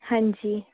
ਹਾਂਜੀ